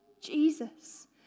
Jesus